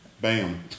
Bam